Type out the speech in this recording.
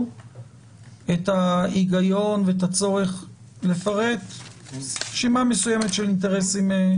את ההיגיון ואת הצורך לפרט רשימה מסוימת של אינטרסים?